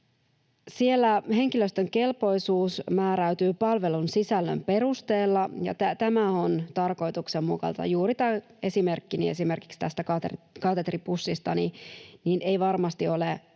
Siellä henkilöstön kelpoisuus määräytyy palvelun sisällön perusteella, ja tämä on tarkoituksenmukaista. Juuri tämä esimerkkini tästä katetripussista — ei varmasti ole